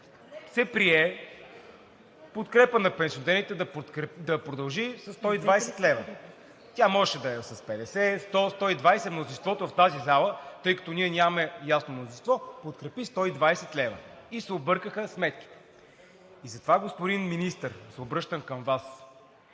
се прие подкрепата на пенсионерите да продължи със 120 лв., тя може да е с 50, 100, 120 лв., но мнозинството в тази зала, тъй като ние нямаме ясно мнозинство, подкрепи 120 лв. И се объркаха сметките. Затова, господин Министър, се обръщам към Вас: